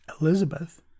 Elizabeth